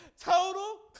total